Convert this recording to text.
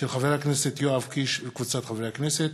של חבר הכנסת יואב קיש וקבוצת חברי הכנסת.